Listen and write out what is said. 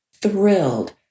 thrilled